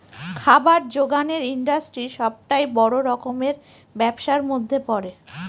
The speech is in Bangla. খাবার জোগানের ইন্ডাস্ট্রি সবটাই বড় রকমের ব্যবসার মধ্যে পড়ে